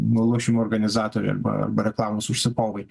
na lošimų organizatoriai arba reklamos užsakovai